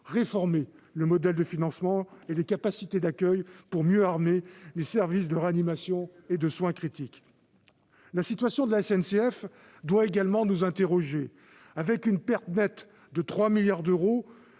réformer le modèle de financement et les capacités d'accueil, pour mieux armer les services de réanimation et de soins critiques. La situation de la SNCF doit également nous interroger. Avec une perte nette de 3 milliards d'euros,